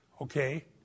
Okay